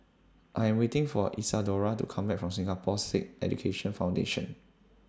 I Am waiting For Isadora to Come Back from Singapore Sikh Education Foundation